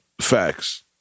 Facts